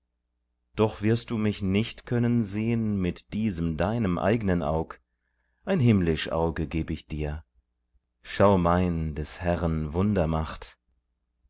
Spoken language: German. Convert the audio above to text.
doch wirst du mich nicht können sehn mit diesem deinem eignen aug ein himmlisch auge geb ich dir schau mein des herren